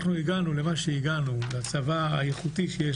הגענו למה שהגענו הצבא האיכותי שיש